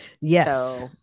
Yes